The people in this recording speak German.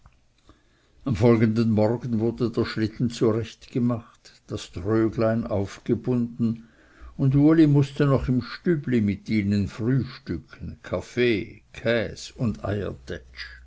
am folgenden morgen wurde der schlitten zurecht gemacht das tröglein aufgebunden und uli mußte noch im stübli mit ihnen frühstücken kaffee käs und